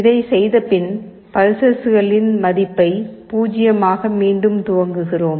இதைச் செய்த பின் பல்ஸ்ஸஸ்களின் மதிப்பை 0 ஆக மீண்டும் துவக்குகிறோம்